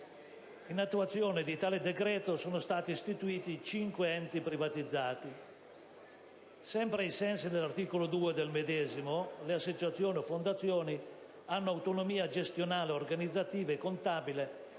In attuazione di tale decreto sono stati istituiti 5 enti privatizzati. Ai sensi dell'articolo 2 del medesimo le associazioni o fondazioni hanno autonomia gestionale organizzativa e contabile